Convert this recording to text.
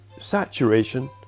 saturation